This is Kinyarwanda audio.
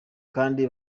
kandi